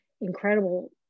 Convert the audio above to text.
incredible